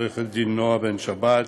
עורכת דין נועה בן שבת,